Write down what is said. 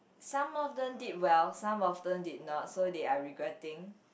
some of them did well some of them did not so they are regretting